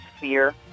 fear